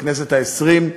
הכנסת העשרים.